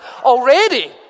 already